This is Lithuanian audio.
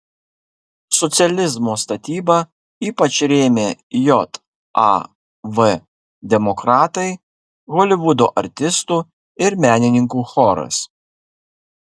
socializmo statybą ypač rėmė jav demokratai holivudo artistų ir menininkų choras